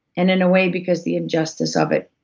and in a way because the injustice of it,